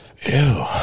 Ew